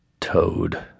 Toad